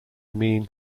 mean